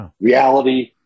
reality